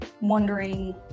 Wondering